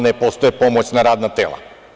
Ne postoje pomoćna radna tela.